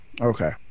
Okay